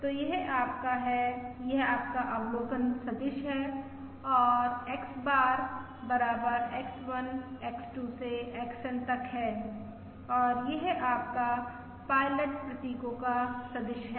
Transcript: तो यह आपका है यह आपका अवलोकन सदिश है और X बार बराबर X1 X2 से XN तक है और यह आपका पायलट प्रतीकों का सदिश है